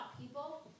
people